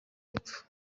y’epfo